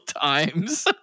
times